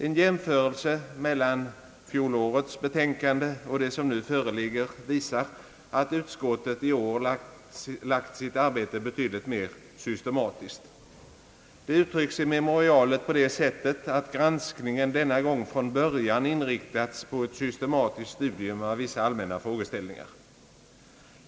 En jämförelse mellan fjolårets betänkande och det som nu föreligger visar, att utskottet i år lagt upp sitt arbete betydligt mer systematiskt. Det uttrycks i memorialet så att »granskningen denna gång från början inriktats på ett systematiskt studium av vissa allmänna frågeställningar».